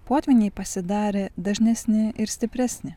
potvyniai pasidarė dažnesni ir stipresni